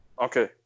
Okay